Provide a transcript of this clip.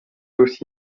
aussi